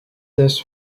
this